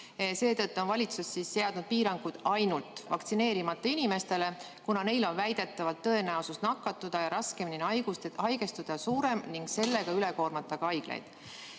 Seetõttu on valitsus seadnud piirangud ainult vaktsineerimata inimestele, kuna neil on väidetavalt suurem tõenäosus nakatuda ja raskemini haigestuda ning sellega üle koormata ka haiglaid.